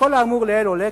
מכל האמור לעיל עולה,